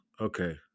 okay